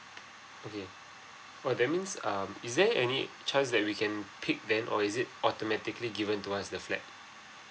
okay oh that means um is there any choice that we can pick then or is it automatically given to us the flat